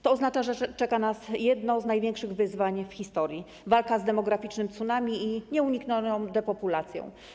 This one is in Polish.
To oznacza, że czeka nas jedno z największych wyzwań w historii - walka z demograficznym tsunami i nieuniknioną depopulacją.